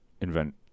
invent